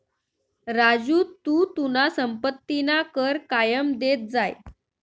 राजू तू तुना संपत्तीना कर कायम देत जाय